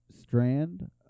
strand